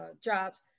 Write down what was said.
jobs